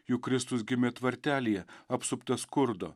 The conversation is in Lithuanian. juk kristus gimė tvartelyje apsuptas skurdo